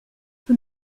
vous